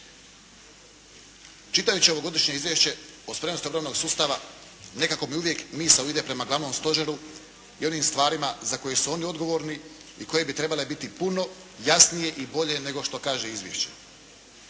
Čitajući ovogodišnje izvješće o spremnosti obrambenog sustava nekako me uvijek misao ide prema glavnom stožeru i onim stvarima za koje su oni odgovorni i koje bi trebale biti puno jasnije i bolje nego što kaže izvješće.